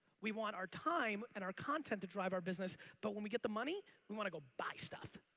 we want our time and our content to drive our business but when we get the money, we want to go buy stuff.